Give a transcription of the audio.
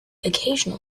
occasional